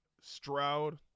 Stroud